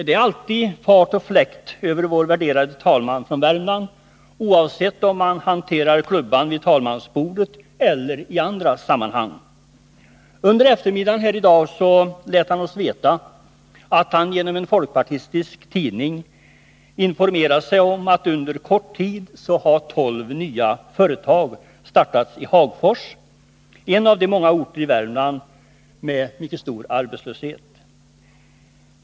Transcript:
Det är alltid fart och fläkt över vår värderade talman från Värmland, oavsett om han hanterar klubban vid talmansbordet eller om han framträder i andra sammanhang. På eftermiddagen i dag lät han oss veta att han genom en folkpartistisk tidning informerats om att tolv nya företag under kort tid startats i Hagfors, en av de många orter i Värmland som har mycket hög arbetslöshet.